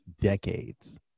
decades